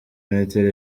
metero